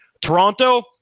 Toronto